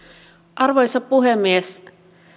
arvoisa puhemies